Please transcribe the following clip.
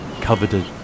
coveted